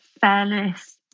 fairness